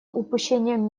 упущением